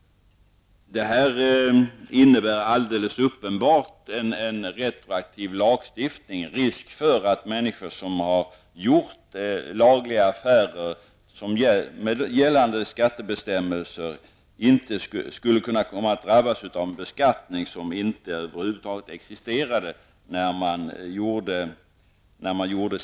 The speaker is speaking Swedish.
Detta innebär uppenbart en retroaktiv lagstiftning och medför risk för att människor som har gjort lagliga affärer skulle kunna drabbas av en beskattning som över huvud taget inte existerade när affären genomfördes.